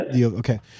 Okay